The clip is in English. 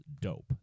dope